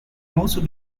also